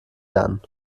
lernen